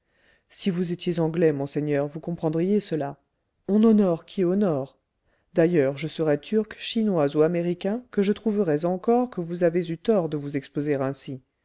si vous étiez anglais monseigneur vous comprendriez cela on honore qui honore d'ailleurs je serais turc chinois ou américain que je trouverais encore que vous avez eu tort de vous exposer ainsi